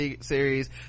series